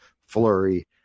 flurry